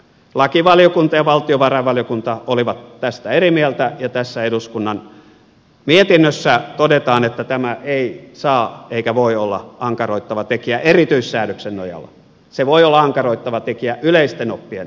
lakivaliokunta ja valtiovarainvaliokunta olivat tästä eri mieltä ja tässä eduskunnan mietinnössä todetaan että tämä ei saa eikä voi olla ankaroittava tekijä erityissäädöksen nojalla se voi olla ankaroittava tekijä yleisten oppien nojalla